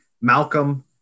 Malcolm